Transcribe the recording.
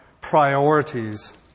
priorities